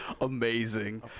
Amazing